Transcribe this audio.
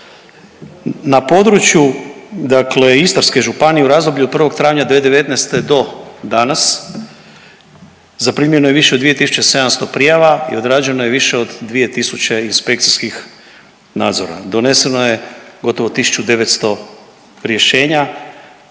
Na području, dakle Istarske županije u razdoblju od 1. travnja 2019. do danas zaprimljeno je više od 2700 prijava i odrađeno je više od 2000 inspekcijskih nadzora. Doneseno je gotovo 1900 rješenja